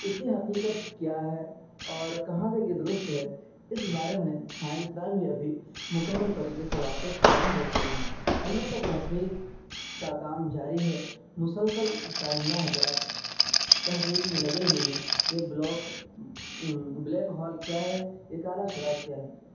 اس کی حقیقت کیا ہے اور کہاں تک یہ درست ہے اس بارے میں سائنسداں بھی ابھی مکمل طریقے سے واقف نہ ہو سکے ہیں البتہ تحقیق کا کام جاری ہے مسلسل سائنسداں حضرات تحقیق میں لگے ہوئے ہیں یہ بلاک بلیک ہول کیا ہے یہ کالا سوراخ کیا ہے